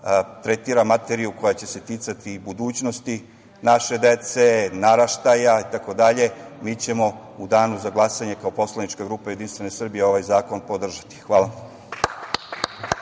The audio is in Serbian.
tretira materiju koja će se ticati budućnosti naše dece, naraštaja itd. mi ćemo u danu za glasanje, kao poslanička grupa JS ovaj zakon podržati. Hvala.